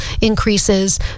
increases